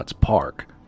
Park